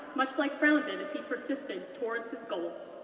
much like brown did as he persisted towards his goals.